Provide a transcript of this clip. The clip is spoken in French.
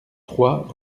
trois